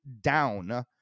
down